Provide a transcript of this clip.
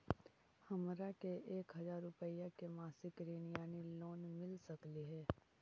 हमरा के एक हजार रुपया के मासिक ऋण यानी लोन मिल सकली हे?